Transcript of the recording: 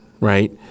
right